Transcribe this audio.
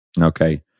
Okay